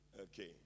Okay